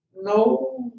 No